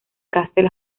castle